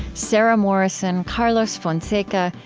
sarah morrison, carlos fonseca,